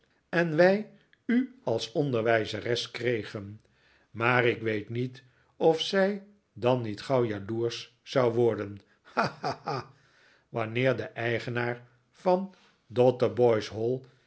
en wij u als onderwijzeres kregen maar ik weet niet of zij dan niet gauw jaloersch zou worden ha ha ha wanneer de eigenaar van dotheboyshall